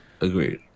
Agreed